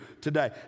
today